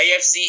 AFC